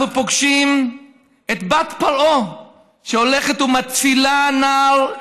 אנחנו פוגשים את בת פרעה שהולכת ומצילה נער,